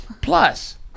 Plus